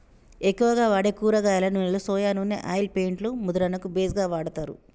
ఎక్కువగా వాడే కూరగాయల నూనెలో సొయా నూనె ఆయిల్ పెయింట్ లు ముద్రణకు బేస్ గా కూడా వాడతారు